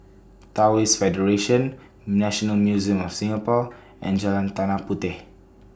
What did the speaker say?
Taoist Federation National Museum of Singapore and Jalan Tanah Puteh